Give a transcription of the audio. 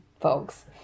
folks